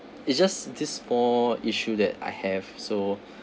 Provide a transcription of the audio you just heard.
it's just this small issue that I have so